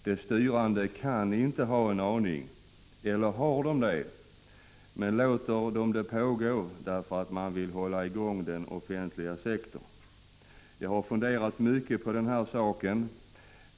De styrande kan inte ha en aning. Eller har de det? Men låter det pågå för att hålla igång den offentliga sektorn, samhället? Ja, jag har funderat mycket på den här saken.